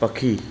पखी